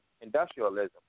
industrialism